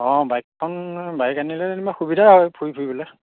অঁ বাইকখন বাইক আনিলে যেনিবা সুবিধা হয় ফুৰি ফুৰিবলৈ